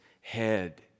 head